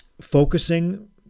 focusing